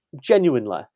genuinely